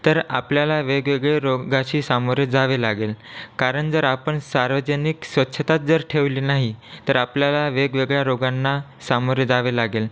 तर आपल्याला वेगवेगळे रोगाशी सामोरे जावे लागेल कारण जर आपण सार्वजनिक स्वच्छताच जर ठेवली नाही तर आपल्याला वेगवेगळ्या रोगांना सामोरे जावे लागेल